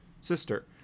sister